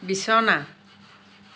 বিছনা